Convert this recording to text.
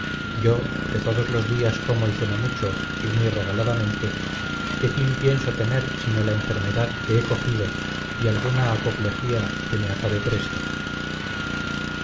yo que todos los días como y ceno mucho y muy regaladamente qué fin pienso tener sino la enfermedad que he cogido y alguna apoplejía que me acabe presto